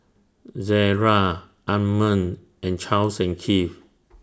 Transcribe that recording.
Zara Anmum and Charles and Keith